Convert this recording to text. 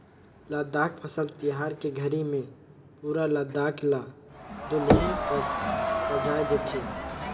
लद्दाख फसल तिहार के घरी मे पुरा लद्दाख ल दुलहिन कस सजाए देथे